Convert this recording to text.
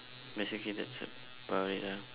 basically that's separate lah